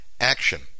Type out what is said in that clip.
action